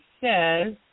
says